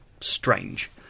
strange